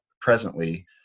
presently